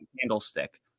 candlestick